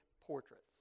portraits